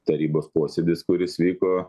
tarybos posėdis kuris vyko